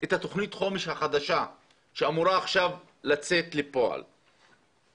את תוכנית החומש החדשה שאמורה לצאת לפועל עכשיו.